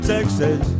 Texas